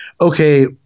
okay